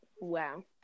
Wow